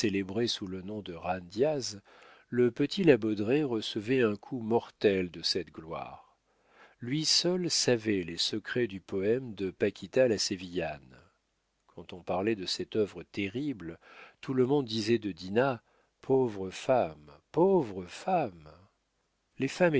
sous le nom de jan diaz le petit la baudraye recevait un coup mortel de cette gloire lui seul savait les secrets du poème de paquita la sévillane quand on parlait de cette œuvre terrible tout le monde disait de dinah pauvre femme pauvre femme les femmes